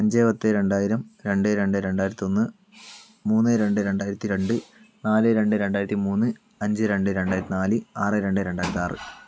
അഞ്ച് പത്ത് രണ്ടായിരം രണ്ട് രണ്ട് രണ്ടായിരത്തി ഒന്ന് മൂന്ന് രണ്ട് രണ്ടായിരത്തി രണ്ട് നാല് രണ്ട് രണ്ടായിരത്തി മൂന്ന് അഞ്ച് രണ്ട് രണ്ടായിരത്തി നാല് ആറ് രണ്ട് രണ്ടായിരത്തി ആറ്